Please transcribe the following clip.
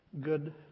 good